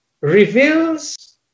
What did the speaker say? reveals